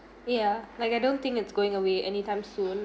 ya like I don't think it's going away anytime soon